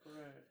correct